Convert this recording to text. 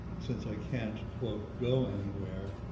since i can't quote go anywhere.